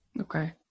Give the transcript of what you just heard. Okay